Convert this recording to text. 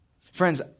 Friends